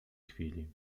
chwili